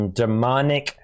demonic